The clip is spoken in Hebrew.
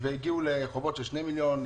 והגיעו לחובות של שני מיליון,